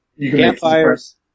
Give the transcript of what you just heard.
Campfires